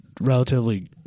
relatively